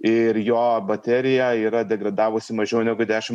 ir jo baterija yra degradavusi mažiau negu dešim